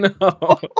no